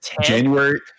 january